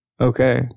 Okay